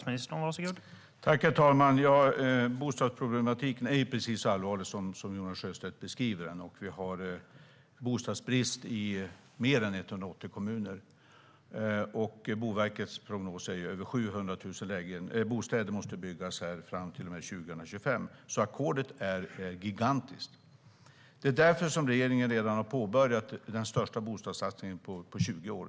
Herr talman! Bostadsproblematiken är precis så allvarlig som Jonas Sjöstedt beskriver den. Vi har bostadsbrist i mer än 180 kommuner. Boverkets prognos är att över 700 000 bostäder måste byggas fram till 2025, så ackordet är gigantiskt. Det är därför som regeringen redan har påbörjat den största bostadssatsningen på 20 år.